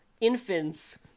infants